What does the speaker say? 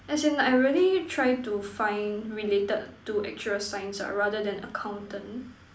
as in I really try to find related to actuarial science ah rather than accountant